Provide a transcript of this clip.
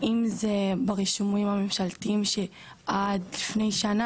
אם זה ברישומים הממשלתיים שעד לפני שנה,